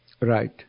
Right